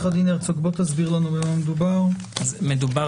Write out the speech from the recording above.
התשפ"ב-2021 אדוני,